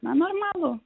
na normalų